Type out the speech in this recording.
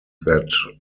that